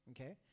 okay